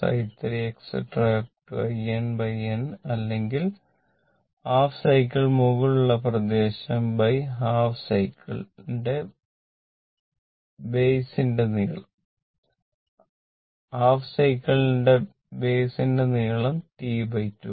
Inn അല്ലെങ്കിൽ half cycle മുകളിലുള്ള പ്രദേശംഹാഫ് സൈക്കിൾ ന്റെ ബൈസ് ന്റെ നീളം ഹാഫ് സൈക്കിൾ ന്റെ ബൈസ് ന്റെ നീളം T2 ആണ്